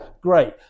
Great